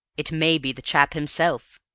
it may be the chap himself,